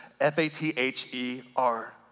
F-A-T-H-E-R